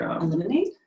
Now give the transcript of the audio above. Eliminate